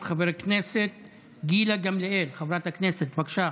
חברת הכנסת גילה גמליאל, בבקשה.